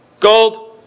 gold